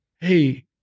Hey